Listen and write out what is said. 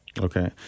Okay